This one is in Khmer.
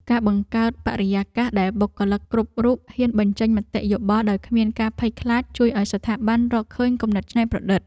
ការបង្កើតបរិយាកាសដែលបុគ្គលិកគ្រប់រូបហ៊ានបញ្ចេញមតិយោបល់ដោយគ្មានការភ័យខ្លាច ជួយឱ្យស្ថាប័នរកឃើញគំនិតច្នៃប្រឌិត។